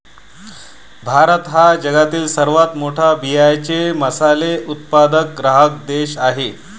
भारत हा जगातील सर्वात मोठा बियांचे मसाले उत्पादक ग्राहक देश आहे